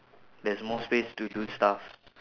there's more space to do stuff